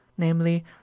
namely